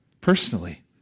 Personally